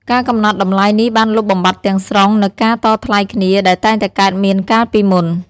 ការកំណត់តម្លៃនេះបានលុបបំបាត់ទាំងស្រុងនូវការតថ្លៃគ្នាដែលតែងតែកើតមានកាលពីមុន។